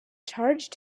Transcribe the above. charged